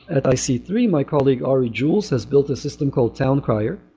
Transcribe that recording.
at i c three, my colleague ari juels has built a system called town crier.